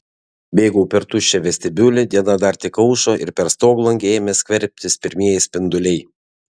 bėgau per tuščią vestibiulį diena dar tik aušo ir per stoglangį ėmė skverbtis pirmieji spinduliai